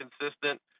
consistent